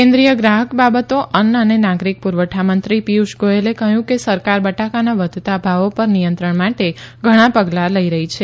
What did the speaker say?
કેન્દ્રીય ગ્રાહક બાબતો અન્ન અને નાગરીક પૂરવઠામંત્રી પિયુષ ગોયલે કહ્યું કે સરકાર બટાકાનાં વધતાં ભાવો પર નિયંત્રણ માટે ઘણાં પગલાં લઈ રહી છે